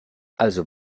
also